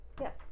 yes